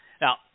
Now